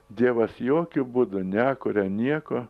dievas jokiu būdu nekuria nieko